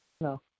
No